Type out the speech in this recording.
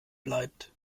bleibt